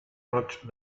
roig